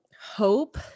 hope